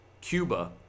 Cuba